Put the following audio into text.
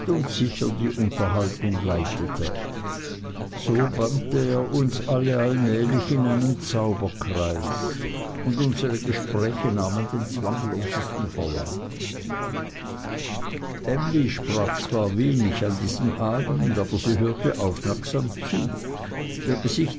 und sicher die unterhaltung leitete so bannte er uns alle allmählich in einen zauberkeis und unsere gespräche nahmen den zwanglosesten verlauf emly sprach zwar wenig an diesem abend aber sie hörte aufmerksam zu ihr gesicht